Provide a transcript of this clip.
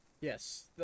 Yes